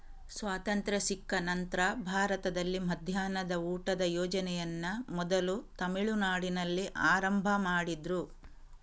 ಸ್ವಾತಂತ್ರ್ಯ ಸಿಕ್ಕ ನಂತ್ರ ಭಾರತದಲ್ಲಿ ಮಧ್ಯಾಹ್ನದ ಊಟದ ಯೋಜನೆಯನ್ನ ಮೊದಲು ತಮಿಳುನಾಡಿನಲ್ಲಿ ಆರಂಭ ಮಾಡಿದ್ರು